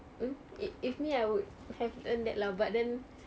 mm if if me I would have done that lah but then